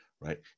right